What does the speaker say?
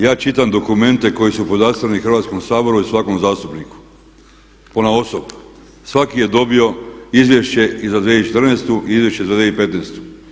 Ja čitam dokumente koji su podastrijeti Hrvatskom saboru i svakom zastupniku ponaosob, svaki je dobio Izvješće i za 2014. i Izvješće za 2015.